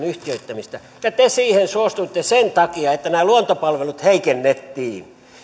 yhtiöittämistä ja te siihen suostuitte sen takia että nämä luontopalvelut heikennettiin